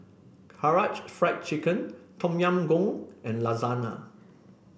Karaage Fried Chicken Tom Yam Goong and Lasagna